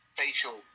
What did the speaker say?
facial